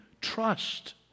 trust